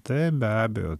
taip be abejo